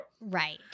Right